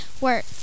work